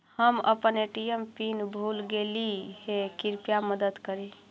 हम अपन ATM PIN भूल गईली हे, कृपया मदद करी